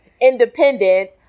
independent